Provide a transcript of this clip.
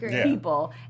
people